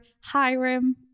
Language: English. Hiram